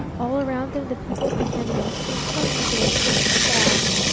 all around them the people began bustling suddenly with their coats and bags.